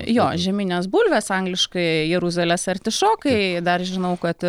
jo žieminės bulvės angliškai jeruzalės artišokai dar žinau kad